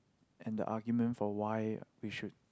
and the argument for why we should